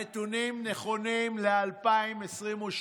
הנתונים נכונים ל-2022,